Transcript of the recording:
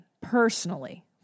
personally